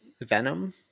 venom